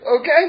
okay